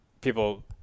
people